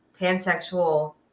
pansexual